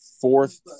fourth